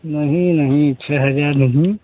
नहीं नहीं छः हज़ार नहीं